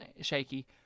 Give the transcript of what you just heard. shaky